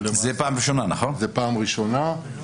ולמעשה זאת פעם ראשונה שלנו.